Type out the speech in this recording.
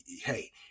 hey